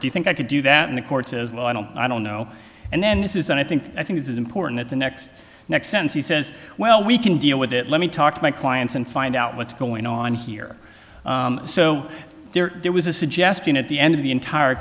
do you think i could do that in the courts as well i don't i don't know and then this is and i think i think it is important the next next sentence he says well we can deal with it let me talk to my clients and find out what's going on here so there was a suggestion at the end of the entire